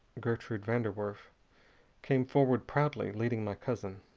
gertruyd van der werf came forward proudly, leading my cousin.